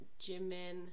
Jimin